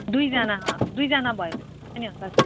दुईजना दुईजना भयो भने हुन्छ नि अङ्कल